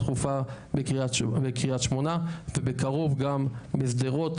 דחופה בקרית שמונה ובקרוב גם לשדרות.